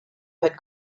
had